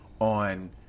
on